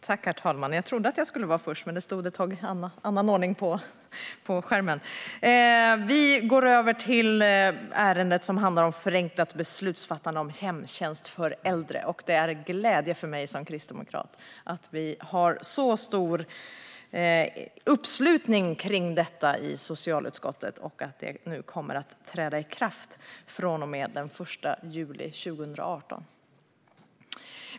Herr talman! Vi går över till ärendet som handlar om förenklat beslutsfattande om hemtjänst för äldre. Det är en glädje för mig som kristdemokrat att vi har så stor uppslutning kring detta i socialutskottet och att det nu kommer att träda i kraft den 1 juli 2018.